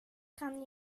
kan